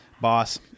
boss